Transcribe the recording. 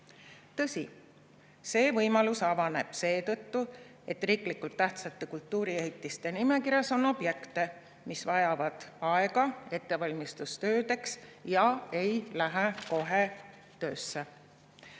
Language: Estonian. Tõsi, see võimalus avaneb seetõttu, et riiklikult tähtsate kultuuriehitiste nimekirjas on objekte, mis vajavad aega ettevalmistustöödeks ja ei lähe kohe töösse.